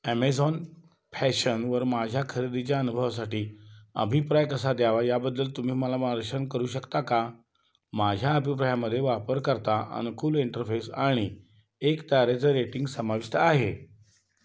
Amazon फॅशनवर माझ्या खरेदीच्या अनुभवासाठी अभिप्राय कसा द्यावा याबद्दल तुम्ही मला मार्गदर्शन करू शकता का माझ्या अभिप्रायामध्ये वापरकर्ता अनुकूल इंटरफेस आणि एक ताऱ्याचं रेटिंग समाविष्ट आहे